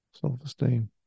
self-esteem